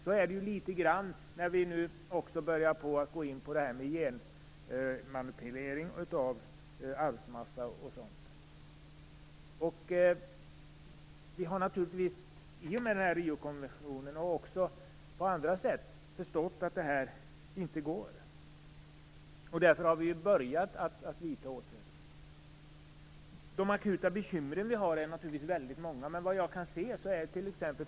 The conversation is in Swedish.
Så är det också nu litet grand när vi börjar med genmanipulering av arvsmassa och sådant. Vi har i och med Riokonventionen och på andra sätt förstått att detta inte går. Därför har vi börjat att vidta åtgärder. De akuta bekymren vi har är naturligtvis väldigt många.